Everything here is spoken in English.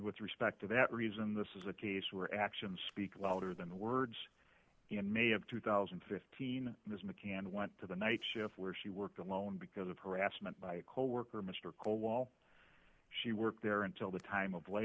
with respect to that reason this is a case where actions speak louder than words and may have two thousand and fifteen ms mccann went to the night shift where she worked alone because of harassment by a coworker mr cole wall she worked there until the time of